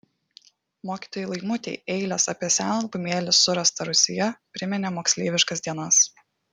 mokytojai laimutei eilės apie seną albumėlį surastą rūsyje priminė moksleiviškas dienas